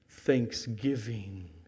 Thanksgiving